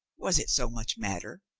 was it so much matter?